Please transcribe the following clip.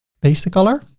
paste the color,